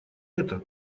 это